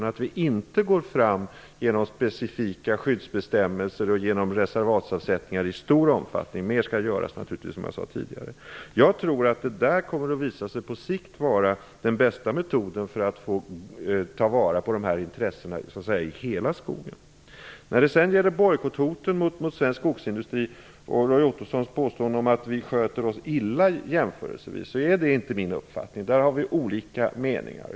Vi går inte fram genom specifika skyddsbestämmelser och genom reservatsavsättningar i stor omfattning. Mer skall göras naturligtvis som jag sade tidigare. Jag tror att det där kommer att visa sig på sikt vara den bästa metoden för att ta vara på intressena i hela skogen. Roy Ottosson talar om bojkotthoten mot svensk skogsindustri. Han påstår att vi sköter oss jämförelsevis illa, men så är det inte enligt min uppfattning. Där har vi olika meningar.